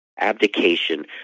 abdication